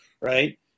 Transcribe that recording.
right